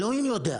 אלוהים יודע.